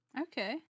okay